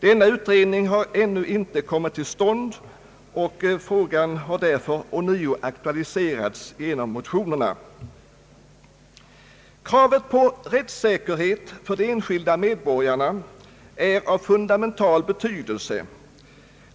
Då sådan utredning ännu inte kommit till stånd, har frågan av oss ånyo aktualiserats genom motionerna. Kravet på rättssäkerhet för de enskilda medborgarna är av fundamental betydelse.